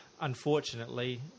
unfortunately